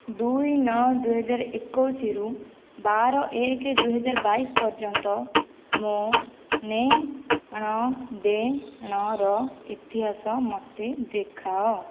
ଦୁଇ ନଅ ଦୁଇହଜାର ଏକୋଇଶରୁ ବାର ଏକ ଦୁଇହଜାର ବାଇଶ ପର୍ଯ୍ୟନ୍ତ ମୋ ନେଣ ଦେଣର ଇତିହାସ ମୋତେ ଦେଖାଅ